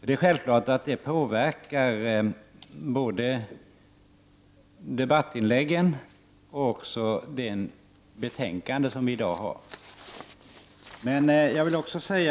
Det är självklart att det påverkar både debattinläggen och de betänkanden som vi i dag har framför oss.